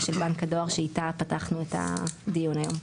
של בנק הדואר שאיתה פתחנו את הדיון היום.